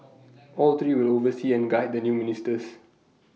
all three will oversee and guide the new ministers